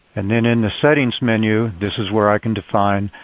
and in in the settings menu, this is where i can define,